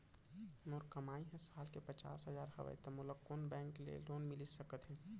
मोर कमाई ह साल के पचास हजार हवय त मोला कोन बैंक के लोन मिलिस सकथे?